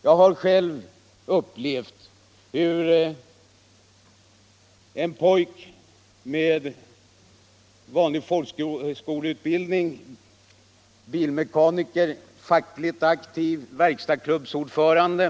Jag kan berätta om en annan medarbetare, en man med vanlig folkskoleutbildning — bilmekaniker och fackligt aktiv, verkstadsklubbsordförande.